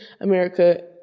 America